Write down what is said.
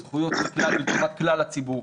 זכויות סוציאליות של כלל הציבור.